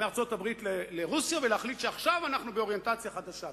מארצות-הברית לרוסיה ולהחליט שעכשיו אנחנו באוריינטציה חדשה.